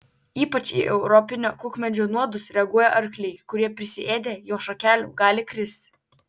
ypač į europinio kukmedžio nuodus reaguoja arkliai kurie prisiėdę jo šakelių gali kristi